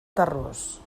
terròs